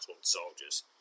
soldiers